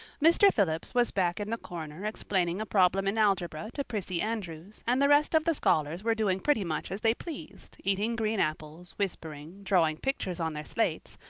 mr. phillips was back in the corner explaining a problem in algebra to prissy andrews and the rest of the scholars were doing pretty much as they pleased eating green apples, whispering, drawing pictures on their slates,